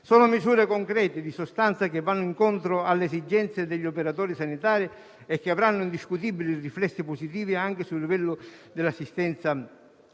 Sono misure concrete, di sostanza, che vanno incontro alle esigenze degli operatori sanitari e che avranno indiscutibili riflessi positivi anche sul livello dell'assistenza